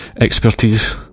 expertise